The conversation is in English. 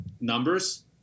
numbers